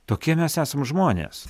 tokie mes esam žmonės